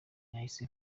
yahise